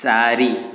ଚାରି